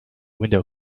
window